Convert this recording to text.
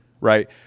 Right